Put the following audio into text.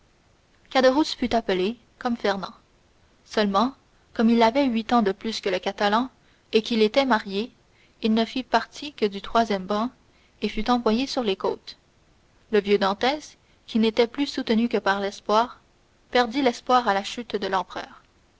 fut appelé comme fernand seulement comme il avait huit ans de plus que le catalan et qu'il était marié il ne fit partie que du troisième ban et fut envoyé sur les côtes le vieux dantès qui n'était plus soutenu que par l'espoir perdit l'espoir à la chute de l'empereur